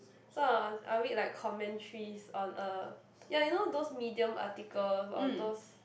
so I I was I read like commentaries on a ya you know those medium article or those